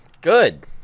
Good